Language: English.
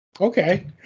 Okay